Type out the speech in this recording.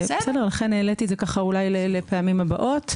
לכן העליתי את זה אולי לפעמים הבאות.